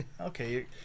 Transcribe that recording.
Okay